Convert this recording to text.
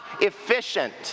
efficient